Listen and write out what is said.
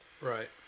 Right